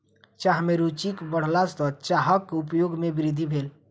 चाह में रूचिक बढ़ला सॅ चाहक उपयोग में वृद्धि भेल